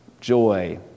joy